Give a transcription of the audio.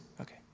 okay